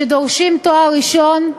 שדורשים תואר ראשון,